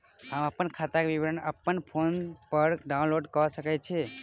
हम अप्पन खाताक विवरण अप्पन फोन पर डाउनलोड कऽ सकैत छी?